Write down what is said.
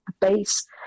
base